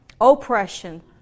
oppression